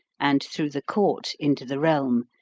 and through the court into the realm,